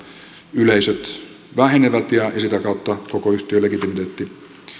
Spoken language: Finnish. yleisöt vähenevät ja sitä kautta koko yhtiön legitimiteetti